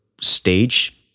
stage